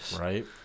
Right